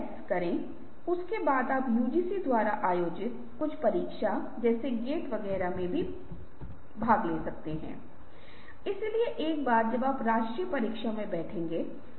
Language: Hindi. इसलिए जब समस्या पूछी जाती है तो समाधान समूह के सदस्यों से एक के बाद एक होता है जैसे कि लोग समाधान प्रदान करेंगे